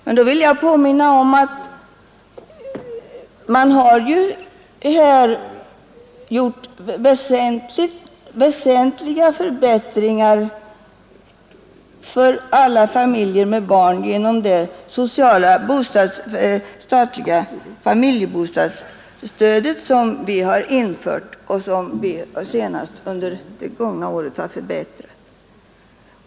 Jag vill med anledning härav emellertid påminna om att vi har infört väsentliga förbättringar för alla familjer med barn genom det statliga familjebostadsstödet, som vi senast under det gångna året har förbättrat.